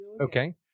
Okay